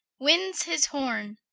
winds his horne,